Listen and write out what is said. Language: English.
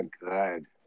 Good